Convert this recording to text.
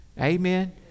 Amen